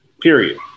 Period